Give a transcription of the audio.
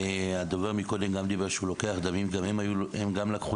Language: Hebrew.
הדובר קודם אמר שלוקח דמים גם הם לקחו